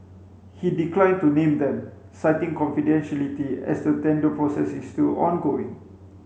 he declined to name them citing confidentiality as the tender process is still ongoing